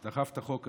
שדחף את החוק הזה,